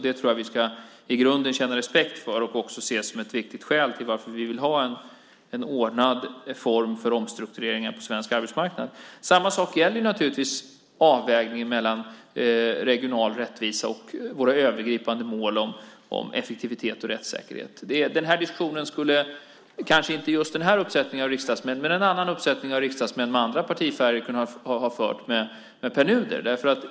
Det tror jag att vi i grunden ska känna respekt för och också se som ett viktigt skäl till att vi vill ha en ordnad form för omstruktureringen på svensk arbetsmarknad. Samma sak gäller naturligtvis avvägningen mellan regional rättvisa och våra övergripande mål om effektivitet och rättssäkerhet. Den här diskussionen skulle kanske inte just den här uppsättningen av riksdagsmän men en annan uppsättning av riksdagsmän av annan partifärg ha kunnat föra med Pär Nuder.